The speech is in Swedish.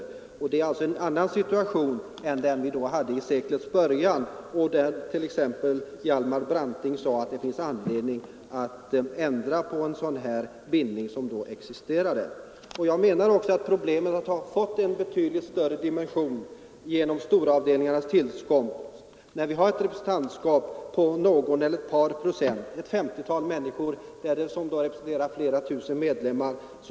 Situationen är nu en annan än den som rådde vid seklets början, då Hjalmar Branting sade att det fanns anledning att ändra på den bindning som då existerade. Jag anser dessutom att problemet har fått en betydligt större dimension genom storavdelningarnas tillkomst, där det finns ett representantskap på en eller ett par procent, ett femtiotal människor som representerar flera tusen medlemmar.